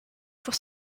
pour